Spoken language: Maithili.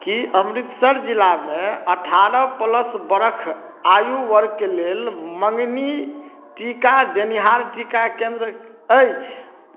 कि अमृतसर जिलामे अठारह प्लस बरख आयु वर्गके लेल मँगनी टीका देनिहार टीका केन्द्र अछि